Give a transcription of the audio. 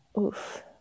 Oof